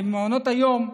במעונות היום,